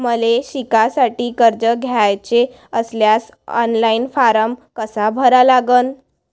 मले शिकासाठी कर्ज घ्याचे असल्यास ऑनलाईन फारम कसा भरा लागन?